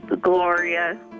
Gloria